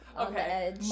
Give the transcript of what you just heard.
Okay